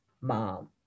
mom